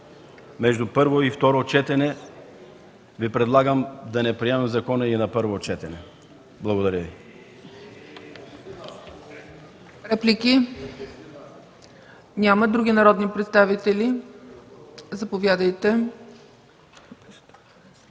между първо и второ четене, Ви предлагам да не приемаме закона и на първо четене. Благодаря Ви.